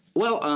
well,